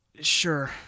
Sure